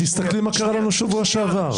תסתכלי מה קרה לנו בשבוע שעבר.